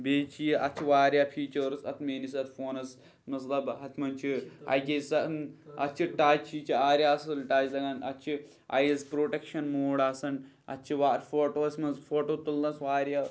بیٚیہِ چھِ یہِ اَتھ چھِ واریاہ فیٖچٲرٕس اَتھ میٛٲنِس اَتھ فونَس مطلب اَتھ منٛز چھِ اَکے سا اَتھ چھِ ٹَچ یہِ چھِ واریاہ اَصٕل ٹَچ لَگان اَتھ چھِ آیِس پرٛوٹَکشَن موڈ آسان اَتھ چھِ وا فوٹوٗوَس منٛز فوٹوٗ تُلنَس واریاہ